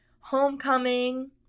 homecoming